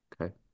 Okay